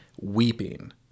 weeping